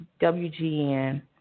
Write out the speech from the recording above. WGN